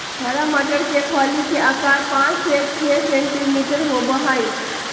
हरा मटर के फली के आकार पाँच से छे सेंटीमीटर होबा हई